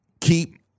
keep